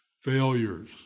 failures